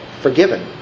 forgiven